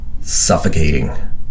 suffocating